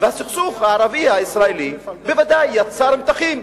והסכסוך הערבי-הישראלי בוודאי יצר מתחים.